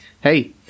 Hey